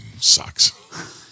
sucks